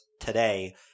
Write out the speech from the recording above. today